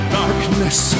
darkness